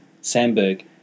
Sandberg